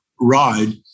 ride